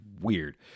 weird